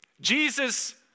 Jesus